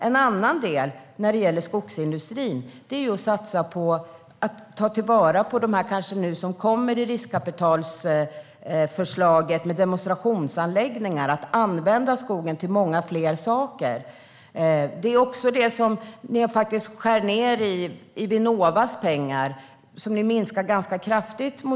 En annan del när det gäller skogsindustrin är att satsa på att ta till vara det som kanske kommer nu i riskkapitalsförslaget med demonstrationsanläggningar och att använda skogen till många fler saker. Det är också det Moderaterna faktiskt skär ned på i Vinnovas pengar. Man minskar dem ganska kraftigt.